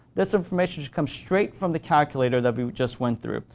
this information should come straight from the calculator that we just went through.